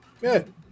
Good